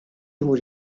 imur